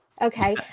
Okay